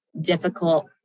difficult